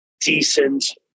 decent